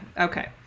okay